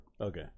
okay